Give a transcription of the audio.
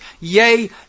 Yea